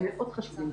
הם מאוד חשובים.